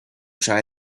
try